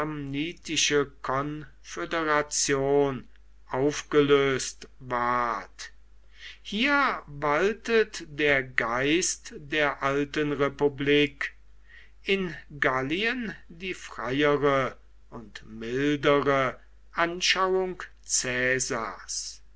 konföderation aufgelöst ward hier waltet der geist der alten republik in gallien die freiere und mildere anschauung caesars